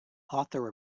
author